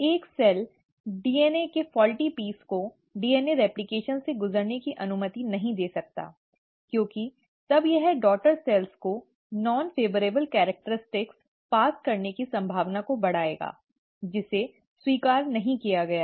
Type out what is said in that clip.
एक cell DNA के दोषपूर्ण टुकड़े को DNA रेप्लकेशन से गुजरने की अनुमति नहीं दे सकता क्योंकि तब यह डॉटर सेल्स को गैर अनुकूल पात्रों पारित करने की संभावना को बढ़ाएगा जिसे स्वीकार नहीं किया गया है